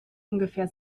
ungefähr